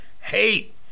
hate